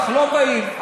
לא באים.